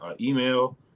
email